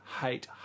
hate